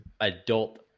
Adult